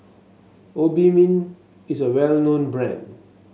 Obimin is a well known brand